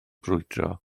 brwydro